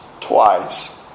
twice